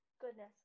Goodness